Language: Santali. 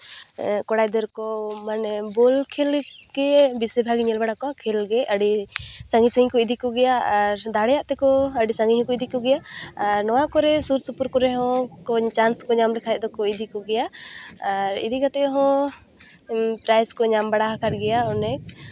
ᱠᱚᱲᱟ ᱜᱤᱫᱟᱹᱨ ᱠᱚ ᱢᱟᱱᱮ ᱵᱚᱞ ᱠᱷᱮᱞ ᱜᱮ ᱵᱮᱥᱤ ᱵᱷᱟᱜᱽ ᱤᱧ ᱧᱮᱞ ᱵᱟᱲᱟ ᱠᱚᱣᱟ ᱠᱷᱮᱞ ᱜᱮ ᱟᱹᱰᱤ ᱥᱟᱺᱜᱤᱧ ᱥᱟᱺᱜᱤᱧ ᱠᱚ ᱤᱫᱚ ᱠᱚᱜᱮᱭᱟ ᱟᱨ ᱫᱟᱲᱮᱭᱟᱜ ᱛᱮᱠᱚ ᱟᱹᱰᱤ ᱥᱟᱺᱜᱤᱧ ᱦᱚᱸᱠᱚ ᱤᱫᱤ ᱠᱚᱜᱮᱭᱟ ᱟᱨ ᱱᱚᱣᱟ ᱠᱚᱨᱮᱜ ᱥᱩᱨ ᱥᱩᱯᱩᱨᱠᱚᱨᱮ ᱦᱚᱸ ᱪᱟᱱᱥ ᱠᱚ ᱧᱟᱢ ᱞᱮᱠᱷᱟᱡ ᱫᱚᱠᱚ ᱤᱫᱤ ᱠᱚᱜᱮᱭᱟ ᱟᱨ ᱤᱫᱤ ᱠᱟᱛᱮ ᱦᱚᱸ ᱯᱨᱟᱭᱤᱡᱽ ᱠᱚ ᱧᱟᱢ ᱵᱟᱲᱟ ᱠᱟᱜ ᱜᱮᱭᱟ ᱚᱱᱮᱠ